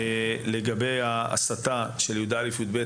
לגבי ההסתה בכיתות י"א'-י"ב,